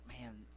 man